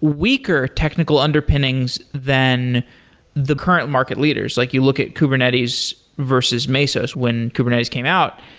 weaker technical underpinnings than the current market leaders. like you look at kubernetes versus mesos. when kubernetes came out,